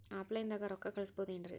Offline ದಾಗ ರೊಕ್ಕ ಕಳಸಬಹುದೇನ್ರಿ?